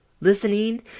listening